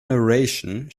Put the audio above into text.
narration